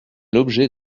l’objet